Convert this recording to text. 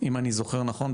אם אני זוכר נכון,